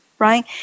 right